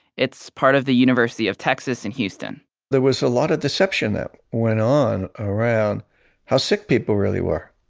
it's part of the university of texas and houston there was a lot of deception that went on around how sick people really were.